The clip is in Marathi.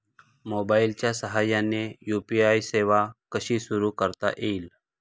मोबाईलच्या साहाय्याने यू.पी.आय सेवा कशी सुरू करता येईल?